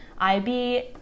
Ib